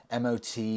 MOT